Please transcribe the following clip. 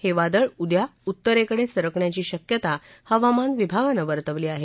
हे वादळ उद्या उत्तरेकडे सरकण्याची शक्यता हवामान विभागानं वर्तवली आहे